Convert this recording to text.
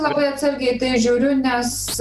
labai atsargiai žiūriu nes